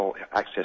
access